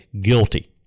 guilty